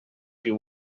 you